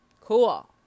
Cool